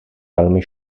velmi